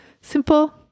Simple